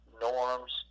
norms